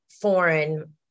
foreign